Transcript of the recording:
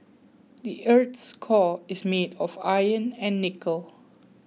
the earth's core is made of iron and nickel